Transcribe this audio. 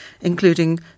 including